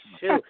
shoot